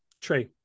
true